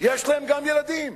יש להם גם ילדים.